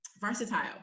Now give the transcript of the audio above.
versatile